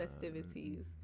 festivities